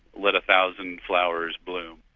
let a thousand flowers bloom.